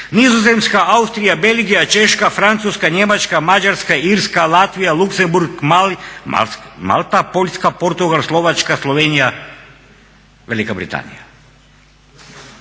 Nizozemska, Austrija, Belgija, Češka, Francuska, Njemačka, Mađarska, Irska, Latvija, Luksemburg, Malta, Poljska, Portugal, Slovačka, Slovenija i Velika Britanija.